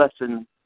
lesson